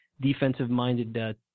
defensive-minded